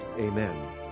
Amen